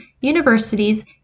universities